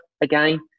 again